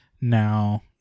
Now